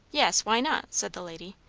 yes, why not? said the lady.